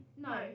No